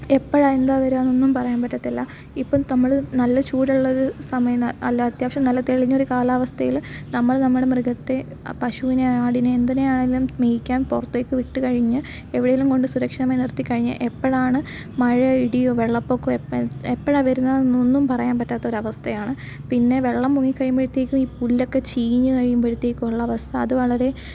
എപ്പോഴാണ് എന്താണ് വരിക എന്നൊന്നും പറയാന് പറ്റത്തില്ല ഇപ്പം നമ്മൾ നല്ല ചൂടുള്ളത് സമയം അല്ല അത്യാവശ്യം നല്ല തെളിഞ്ഞ ഒരു കാലാവസ്ഥയിൽ നമ്മൾ നമ്മുടെ മൃഗത്തെ പശുവിനെ ആടിനെ എന്തിനെയാണെങ്കിലും മേയ്ക്കാന് പുറത്തേക്ക് വിട്ട് കഴിഞ്ഞ് എവിടെ എങ്കിലും കൊണ്ട് സുരക്ഷിതമായി നിര്ത്തി കഴിഞ്ഞാൽ എപ്പോഴാണ് മഴയോ ഇടിയോ വെള്ളപ്പൊക്കമോ എപ്പോഴാണ് വരുന്നത് എന്നൊന്നും പറയാന് പറ്റാത്ത ഒരു അവസ്ഥയാണ് പിന്നെ വെള്ളം പൊങ്ങി കഴിയുമ്പോഴത്തേക്കും ഈ പുല്ലൊക്കെ ചീഞ്ഞ് കഴിയുമ്പോഴത്തേക്കുള്ള അവസ്ഥ അത് വളരെ